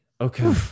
Okay